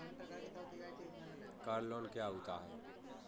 Car loan क्या होता है?